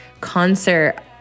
concert